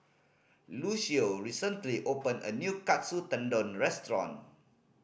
Lucio recently opened a new Katsu Tendon Restaurant